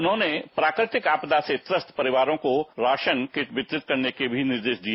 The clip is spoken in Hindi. उन्होंने प्राकृतिक आपदा से त्रस्त परिवारों को राशन किट वितरित करने के भी निर्देश दिए